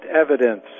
evidence